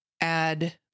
add